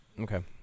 Okay